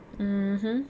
mm hmm